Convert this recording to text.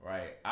Right